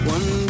One